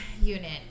Unit